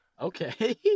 Okay